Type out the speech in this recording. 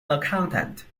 accountant